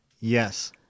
Yes